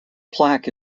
plaque